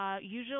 usually